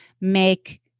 make